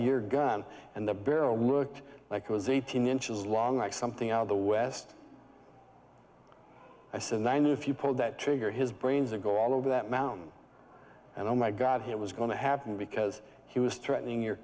your gun and the barrel looked like it was eighteen inches long like something out of the west i said i know if you pull that trigger his brains are go all over that mountain and oh my god he was going to happen because he was threatening your